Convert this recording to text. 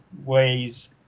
ways